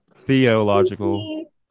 Theological